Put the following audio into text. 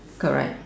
correct